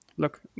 Look